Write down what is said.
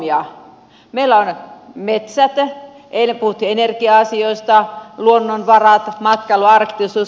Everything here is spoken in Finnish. meillä on metsät eilen puhuttiin energia asioista luonnonvarat matkailu arktisuus